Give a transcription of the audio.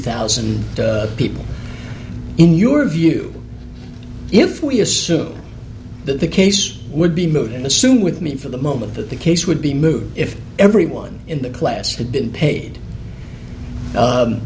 thousand people in your view if we assume that the case would be moved in assume with me for the moment that the case would be moot if everyone in the class had been paid